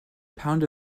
pound